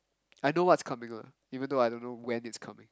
I know what's coming lah even though I don't know when it's coming